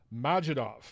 Majidov